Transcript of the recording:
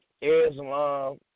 Islam